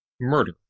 murder